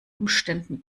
umständen